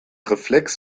reflex